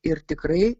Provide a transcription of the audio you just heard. ir tikrai